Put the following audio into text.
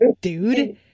dude